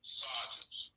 sergeants